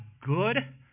good